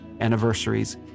anniversaries